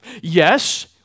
Yes